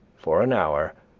for an hour,